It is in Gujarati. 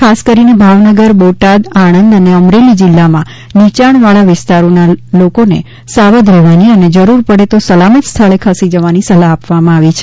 ખાસ કરીને ભાવનગર બોટાદ આણંદ અને અમરેલી જિલ્લામાં નીચાણવાળા વિસ્તારોના લોકોને સાવધ રહેવાની અને જરૂર પડે તો સલામત સ્થળે ખસી જવાની સલાહ આપવામાં આવી છે